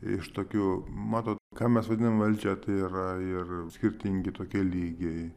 iš tokių matot ką mes vadiname valdžia tai yra ir skirtingi tokie lygiai